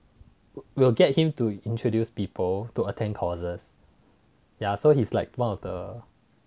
will get him to introduce people to attend courses yeah so he's like one of the